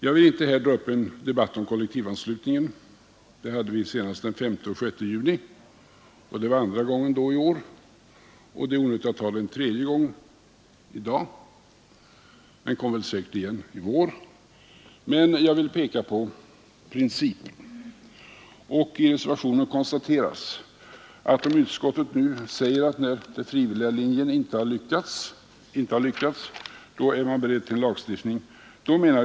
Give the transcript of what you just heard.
Jag vill här inte dra upp en debatt om kollektivanslutningen — en sådan hade vi senast den 5 och 6 juni; det var andra gången i år, och det är onödigt med en tredje gång i dag, även om frågan säkert kommer igen till våren — men jag vill peka på principen. I reservationen konstateras att utskottet nu uttalar att den frivilliga linjen inte har lyckats och att man därför är beredd att tillgripa lagstiftning.